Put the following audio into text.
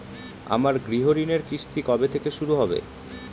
আমার গৃহঋণের কিস্তি কবে থেকে শুরু হবে?